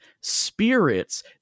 Spirits